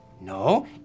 No